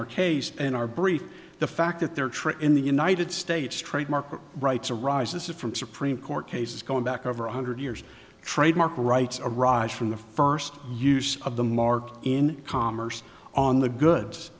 our case in our brief the fact that they're true in the united states trademark of rights arises from supreme court cases going back over one hundred years trademark rights arise from the first use of the mark in commerce on the goods